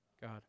God